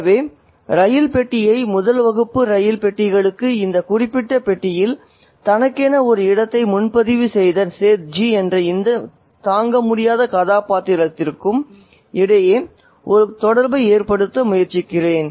எனவே ரயில் பெட்டியை முதல் வகுப்பு ரயில் பெட்டிகளுக்கும் இந்த குறிப்பிட்ட பெட்டியில் தனக்கென ஒரு இடத்தை முன்பதிவு செய்த சேத்ஜி என்ற இந்த தாங்கமுடியாத கதாபாத்திரத்திற்கும் இடையே ஒரு தொடர்பை ஏற்படுத்த முயற்சிக்கிறேன்